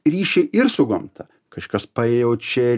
ryšį ir su gamta kažkas pajaučia